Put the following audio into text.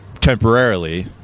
temporarily